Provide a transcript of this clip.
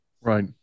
Right